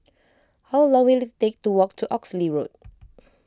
how long will it take to walk to Oxley Road